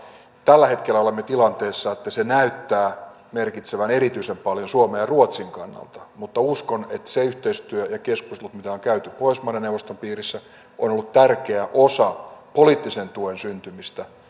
tällä hetkellä olemme tilanteessa että se näyttää merkitsevän erityisen paljon suomen ja ruotsin kannalta mutta uskon että se yhteistyö ja keskustelut mitä on käyty pohjoismaiden neuvoston piirissä ovat olleet tärkeä osa poliittisen tuen syntymistä